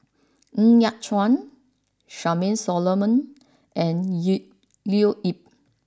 Ng Yat Chuan Charmaine Solomon and Leo Yip